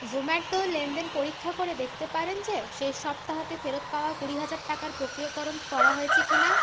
জোম্যাটো লেনদেন পরীক্ষা করে দেখতে পারেন যে শেষ সপ্তাহতে ফেরত পাওয়া কুড়ি হাজার টাকার প্রক্রিয়াকরণ করা হয়েছে কি না